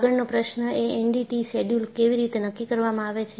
આગળનો પ્રશ્ન એ એનડીટી શેડ્યૂલ કેવી રીતે નક્કી કરવામાં આવે છે